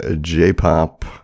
j-pop